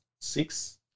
six